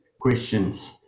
questions